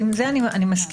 עם זה אני מסכימה,